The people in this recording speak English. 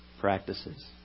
practices